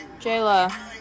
Jayla